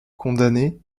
condamné